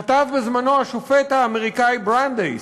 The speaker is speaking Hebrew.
כתב בזמנו השופט האמריקני ברנדייס,